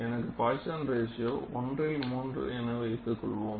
எனக்கு Poisson's ratio Poissons ratio 1 ல் 3 என வைத்துக்கொள்வோம்